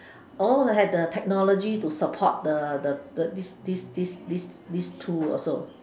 all had the technology to support the the the this this this this this tool also